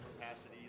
capacity